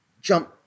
jump